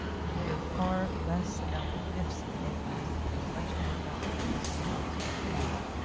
we hear far less about the gifts of late life and much more about the things we need to fear.